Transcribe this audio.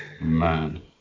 Man